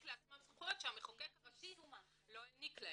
לעצמם סמכויות שהמחוקק הראשי לא העניק להם.